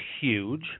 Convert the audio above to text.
huge